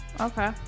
Okay